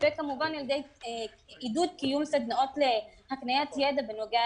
וכמובן על ידי עידוד קיום סדנאות להקניית ידע בנוגע